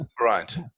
right